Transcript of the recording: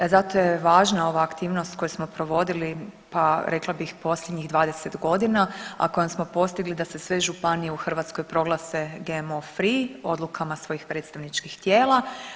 Zato je važna ova aktivnost koju smo provodila, pa rekla bih posljednjih 20.g., a kojom smo postigli da se sve županije u Hrvatskoj proglase GMO free odlukama svojih predstavničkih tijela.